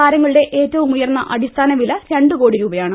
താരങ്ങ ളുടെ ഏറ്റവുമുയർന്ന അടിസ്ഥാന വില രണ്ട് കോട്ടി രൂപയാണ്